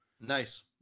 nice